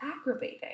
aggravating